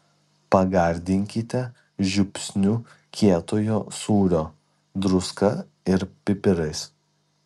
pagardinkite žiupsniu kietojo sūrio druska ir pipirais